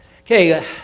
Okay